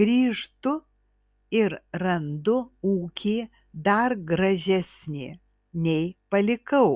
grįžtu ir randu ūkį dar gražesnį nei palikau